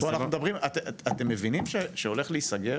אתם מבינים שהולך להיסגר